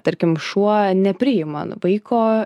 tarkim šuo nepriima vaiko